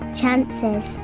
chances